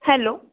hello